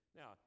now